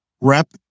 rep